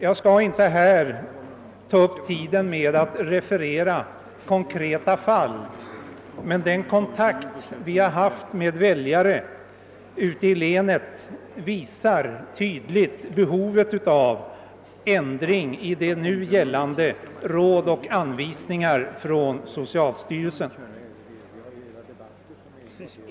Jag skall inte här ta upp tiden med att referera konkreta fall. Men den kontakt som vi har haft med väljare ute i länet visar tydligt behovet av ändring i gällande Råd och anvisningar från socialstyrelsen.